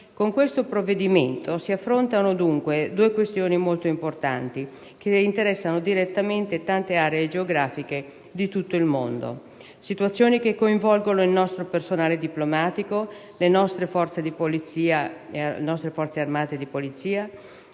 Con questo provvedimento si affrontano, dunque, due questioni molto importanti che interessano direttamente tante aree geografiche in tutto il mondo. Situazioni che coinvolgono il nostro personale diplomatico, le nostre Forze armate e di polizia,